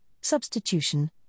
substitution